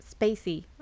spacey